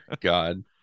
God